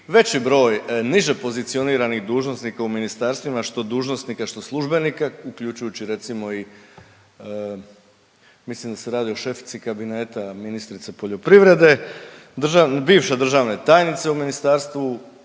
veći broj niže pozicioniranih dužnosnika u ministarstvima, što dužnosnika, što službenika, uključujući recimo i, mislim da se radi o šefici kabineta ministre poljoprivrede, bivše državne tajnice u Ministarstvu